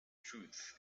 truth